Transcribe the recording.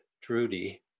Trudy